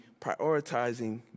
prioritizing